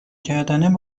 کردن